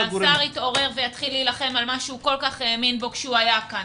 שהשר יתעורר ויתחיל להילחם על מה שהוא כל-כך האמין בו כשהוא היה כאן.